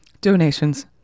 donations